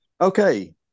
Okay